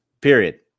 period